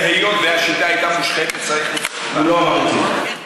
היות שהשיטה הייתה מושחתת, הוא לא אמר את זה.